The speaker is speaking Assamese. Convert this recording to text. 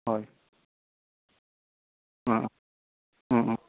হয়